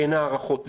אין הארכות.